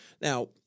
Now